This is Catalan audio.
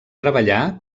treballar